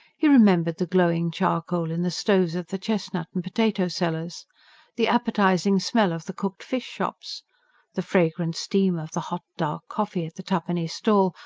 he remembered the glowing charcoal in the stoves of the chestnut and potato sellers the appetising smell of the cooked-fish shops the fragrant steam of the hot, dark coffee at the twopenny stall,